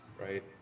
right